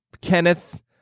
Kenneth